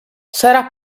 sarà